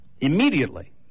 Immediately